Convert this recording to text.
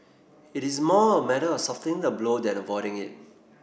it is more a matter of softening the blow than avoiding it